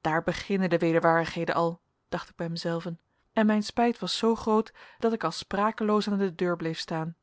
daar beginnen de wederwaardigheden al dacht ik bij mijzelven en mijn spijt was zoo groot dat ik als sprakeloos aan de deur bleef staan